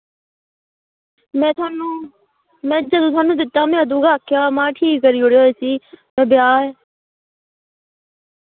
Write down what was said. में थोआनू में जदूं थोआनू दित्ता हा में अदूं गै आक्खेआ हा महां ठीक करी ओड़ेओ इसी में ब्याह् ऐ